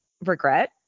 regret